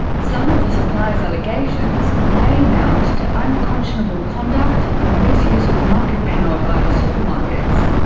some of the suppliers' allegations may amount to unconscionable conduct or misuse of market power by the supermarkets.